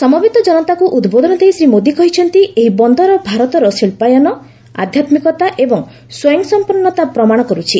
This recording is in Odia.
ସମବେତ ଜନତାଙ୍କୁ ଉଦ୍ବୋଧନ ଦେଇ ଶ୍ରୀ ମୋଦି କହିଛନ୍ତି ଏହି ବନ୍ଦର ଭାରତର ଶିଳ୍ପାୟନ ଆଧ୍ୟାତ୍ମିକତା ଏବଂ ସ୍ୱୟଂସଂପୂର୍ଣ୍ଣତା ପ୍ରମାଣ କରୁଛି